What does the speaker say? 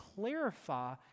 clarify